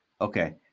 Okay